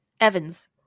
Evans